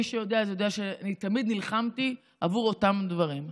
מי שיודע, יודע שאני תמיד נלחמתי עבור אותם דברים.